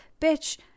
bitch